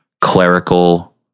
clerical